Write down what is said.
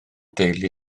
deulu